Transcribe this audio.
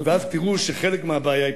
ואז תראו שחלק מהבעיה ייפתר.